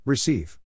Receive